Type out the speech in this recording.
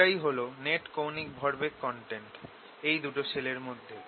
এটাই হল নেট কৌণিক ভরবেগ কনটেন্ট এই দুটো শেলের মধ্যে